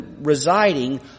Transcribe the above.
residing